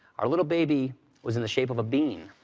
our little baby was in the shape of a bean,